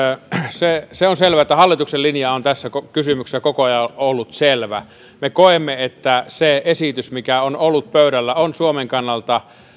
se se on selvä että hallituksen linja on tässä kysymyksessä koko ajan ollut selvä me koemme että se esitys mikä on ollut pöydällä on suomen kannalta